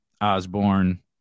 Osborne